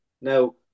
Now